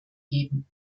geben